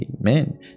amen